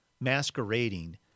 masquerading